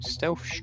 Stealth